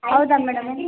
ಹೌದಾ ಮೇಡಮು